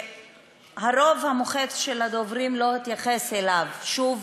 שהרוב המוחץ של הדוברים לא התייחס אליו, שוב,